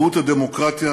מהות הדמוקרטיה